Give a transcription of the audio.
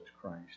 Christ